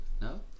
no